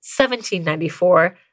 1794